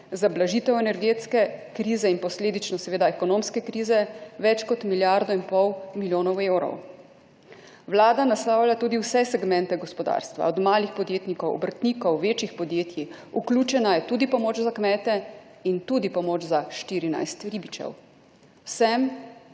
za blažitev energetske krize in posledično seveda ekonomske krize, več kot milijardo in pol milijonov evrov. Vlada naslavlja tudi vse segmente gospodarstva, od malih podjetnikov, obrtnikov, večjih podjetij, vključena je tudi pomoč za kmete in tudi pomoč za 14 ribičev. Vsem